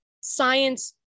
science